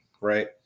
right